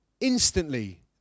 Instantly